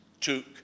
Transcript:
took